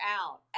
out